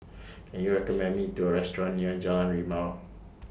Can YOU recommend Me to A Restaurant near Jalan Rimau